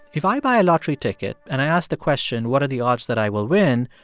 if i buy a lottery ticket and i ask the question, what are the odds that i will win,